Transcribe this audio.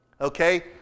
Okay